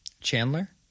Chandler